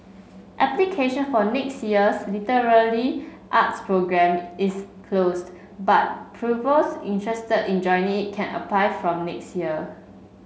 application for next year's literary arts programme is closed but pupils interested in joining can apply from next year